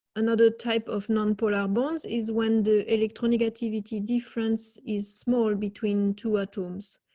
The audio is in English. another type of non polar bonds is when the electronic activity difference is small between two items.